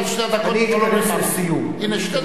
שתי דקות אני מוסיף לך.